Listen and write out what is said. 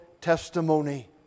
testimony